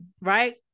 right